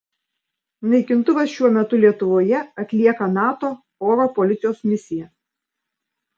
naikintuvas šiuo metu lietuvoje atlieka nato oro policijos misiją